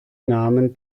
namen